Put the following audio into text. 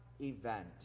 event